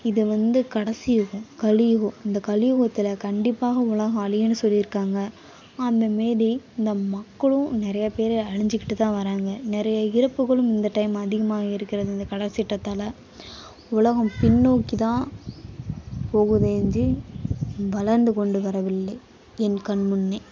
இது வந்து கடைசி யுகம் கலியுகம் இந்த கலியுகத்தில் கண்டிப்பாக உலகம் அழியுன்னு சொல்லியிருக்காங்க அந்த மாரி இந்த மக்களும் நிறையாப் பேர் அழிஞ்சிக்கிட்டு தான் வர்றாங்க நிறைய இறப்புகளும் இந்த டைம் அதிகமாக இருக்கிறது இந்த கடல் சீற்றத்தால் உலகம் பின்னோக்கி தான் போகுதே ஒழிஞ்சி வளர்ந்துக்கொண்டு வரவில்லை என் கண்முன்னே